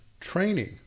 training